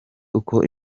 uko